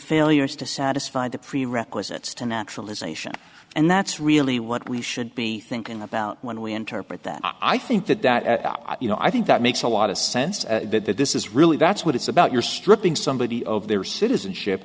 failures to satisfy the prerequisites to naturalization and that's really what we should be thinking about when we interpret that i think that that you know i think that makes a lot of sense to that that this is really that's what it's about your stripping somebody of their citizenship